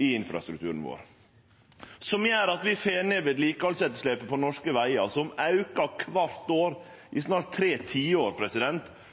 i infrastrukturen vår, som gjer at vi får ned vedlikehaldsetterslepet på norske vegar, som auka kvart år i snart tre tiår